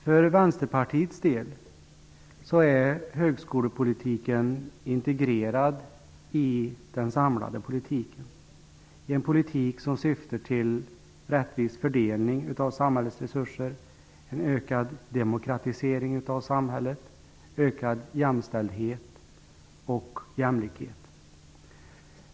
För oss i Vänsterpartiet är högskolepolitiken integrerad i den samlade politiken -- i en politik som syftar till en rättvis fördelning av samhällets resurser, en ökad demokratisering av samhället samt ökad jämställdhet och jämlikhet.